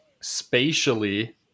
spatially